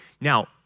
Now